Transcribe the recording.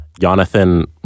Jonathan